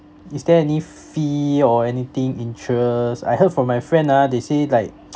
is there any f~ fee or anything interest I heard from my friend ah they say like